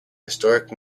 historic